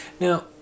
Now